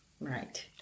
Right